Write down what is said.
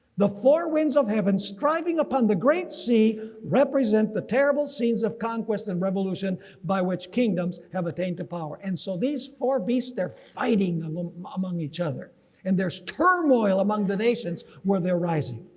the four winds of heaven striving upon the great sea represent the terrible scenes of conquest and revolution by which kingdoms have attained to power. and so these four beast they're fighting um among each other and there's turmoil among the nations where they're rising.